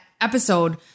episode